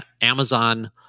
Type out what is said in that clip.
Amazon